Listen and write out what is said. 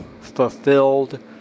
fulfilled